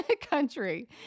country